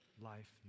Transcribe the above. Life